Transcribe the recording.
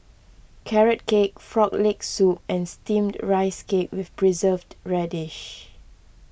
Carrot Cake Frog Leg Soup and Steamed Rice Cake with Preserved Radish